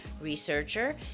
researcher